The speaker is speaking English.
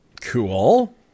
Cool